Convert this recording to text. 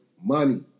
money